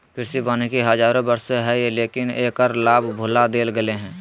कृषि वानिकी हजारों वर्षों से हइ, लेकिन एकर लाभ भुला देल गेलय हें